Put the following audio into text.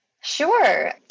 Sure